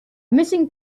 missing